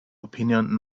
opinion